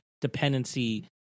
dependency